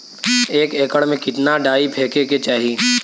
एक एकड़ में कितना डाई फेके के चाही?